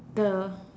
the